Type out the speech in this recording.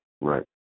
Right